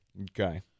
okay